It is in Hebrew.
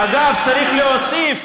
אגב, צריך להוסיף